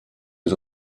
was